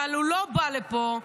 אבל הוא לא בא לפה.